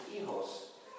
hijos